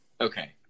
Okay